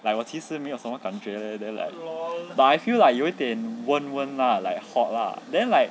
like 我其实没有什么感觉 leh then like but I feel like 有一点温温 lah like hot lah then like